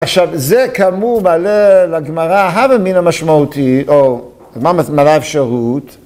עכשיו, זה כאמור מעלה לגמרא ההבמין המשמעותי, או מה מראה אפשרות.